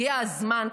הגיע הזמן,